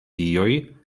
dioj